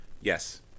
Yes